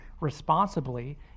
responsibly